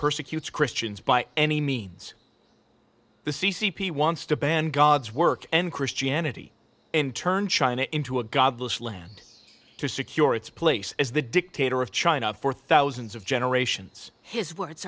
persecutes christians by any means the c c p wants to ban god's work and christianity and turn china into a godless land to secure its place as the dictator of china for thousands of generations his words